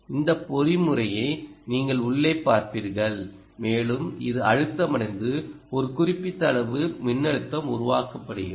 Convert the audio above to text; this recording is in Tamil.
இந்த பொறிமுறையை நீங்கள் உள்ளே பார்ப்பீர்கள் மேலும் இது அழுத்தமடைந்து ஒரு குறிப்பிட்ட அளவு மின்னழுத்தம் உருவாக்கப்படுகிறது